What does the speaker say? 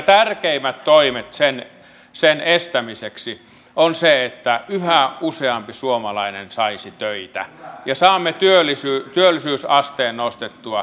tärkeimmät toimet sen estämiseksi ovat se että yhä useampi suomalainen saisi töitä ja saamme työllisyysasteen nostettua